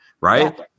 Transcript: right